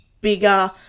bigger